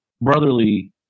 brotherly